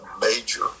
major